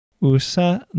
Usa